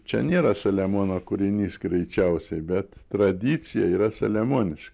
čia nėra saliamono kūrinys greičiausiai bet tradicija yra saliamoniška